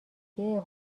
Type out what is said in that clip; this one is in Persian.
بگه